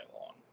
long